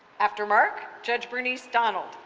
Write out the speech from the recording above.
after marc, judge bernice donald,